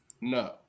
No